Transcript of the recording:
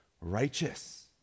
righteous